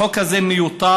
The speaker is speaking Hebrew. החוק הזה מיותר,